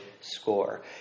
score